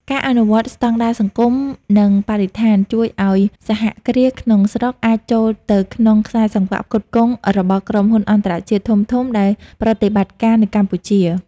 ការអនុវត្តស្ដង់ដារសង្គម និងបរិស្ថាន ជួយឱ្យសហគ្រាសក្នុងស្រុកអាចចូលទៅក្នុងខ្សែសង្វាក់ផ្គត់ផ្គង់របស់ក្រុមហ៊ុនអន្តរជាតិធំៗដែលប្រតិបត្តិការនៅកម្ពុជា។